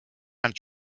and